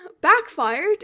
backfired